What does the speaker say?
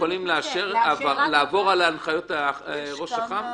שהם יכולים לעבור על הנחיות ראש אח"מ?